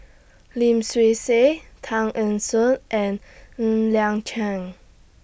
Lim Swee Say Tan Eng Soon and Ng Liang Chian